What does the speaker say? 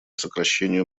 сокращению